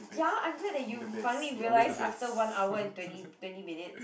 ya I'm glad that you finally realised after one hour and twenty twenty minutes